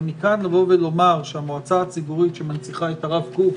אבל מכאן לבוא ולומר שהמועצה הציבורית שמנציחה את הרב קוק